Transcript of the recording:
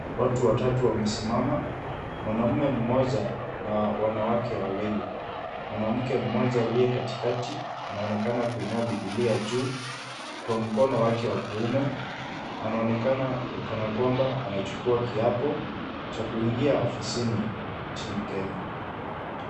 Watu watatu wamesimama. Mwanamume mmoja na wanawake wawili. Mwanamke mmoja aliye katikati anaoenakana kuinua bibilia juu kwa mkono wake wa kuume. Anaoenakana ni kana kwamba anachukua kiapo cha kuingia ofisini nchini Kenya.